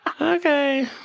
Okay